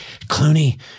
Clooney